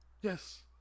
yes